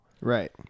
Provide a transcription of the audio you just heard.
Right